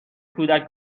کودک